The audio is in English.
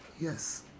yes